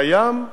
בים,